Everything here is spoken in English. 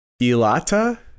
Ilata